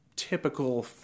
typical